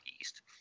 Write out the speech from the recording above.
East